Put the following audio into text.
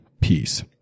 Peace